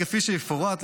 כפי שיפורט,